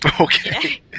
okay